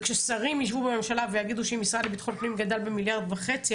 וכששרים ישבו בממשלה ויגידו שאם משרד לביטחון פנים גדל במיליארד וחצי,